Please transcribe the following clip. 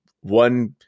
one